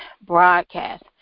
broadcast